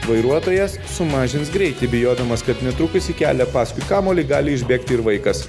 vairuotojas sumažins greitį bijodamas kad netrukus į kelią paskui kamuolį gali išbėgti ir vaikas